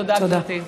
תודה, גברתי.